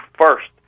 first